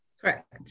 Correct